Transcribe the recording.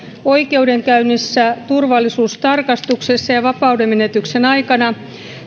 oikeudenkäynnissä turvallisuustarkastuksessa ja vapaudenmenetyksen aikana